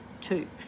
two